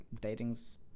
Dating's